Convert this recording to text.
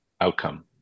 outcome